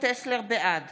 בעד